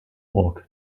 walk